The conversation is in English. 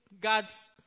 God's